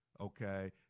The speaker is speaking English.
okay